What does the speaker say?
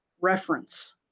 reference